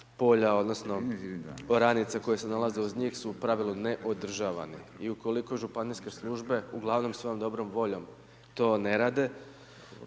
polja, odnosno oranica koje se nalaze uz njih su u pravilu neodržavane i ukoliko županijske službe uglavnom svojom dobrom voljom to ne rade